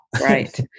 right